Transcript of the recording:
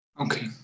Okay